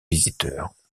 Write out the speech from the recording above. visiteurs